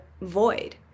void